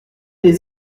les